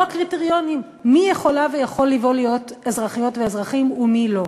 קריטריונים מי יכולה ויכול להיות אזרחיות ואזרחים ומי לא,